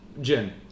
Gin